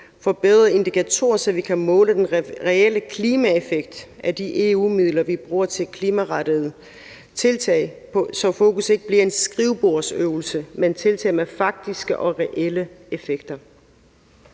forbedrede indikatorer, så vi kan måle den reelle klimaeffekt af de EU-midler, vi bruger til klimarettede tiltag, altså så der ikke bliver tale om en skrivebordsøvelse, men om tiltag med faktiske og reelle effekter.